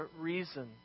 reason